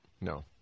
no